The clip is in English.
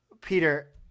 Peter